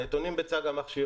הנתונים בצד המכשיר,